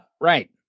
right